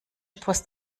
post